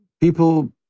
people